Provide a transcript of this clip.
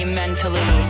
mentally